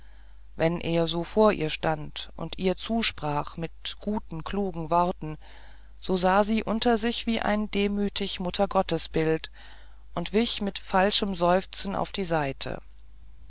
wenn er so vor ihr stand und ihr zusprach mit guten klugen worten so sah sie unter sich wie ein demütig muttergottesbild und wich mit falschem seufzen auf die seite